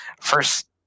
first